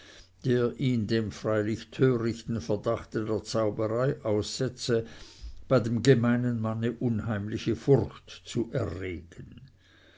der ihn dem freilich törichten verdachte der zauberei aussetze bei dem gemeinen manne unheimliche furcht zu erregen